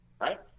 right